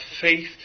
faith